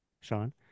Sean